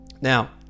Now